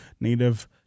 native